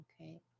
okay